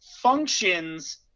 functions